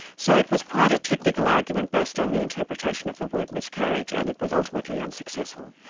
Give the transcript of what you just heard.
so it was quite a technical argument based on the interpretation of the word miscarriage and it was ultimately unsuccessful.